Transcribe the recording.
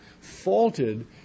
faulted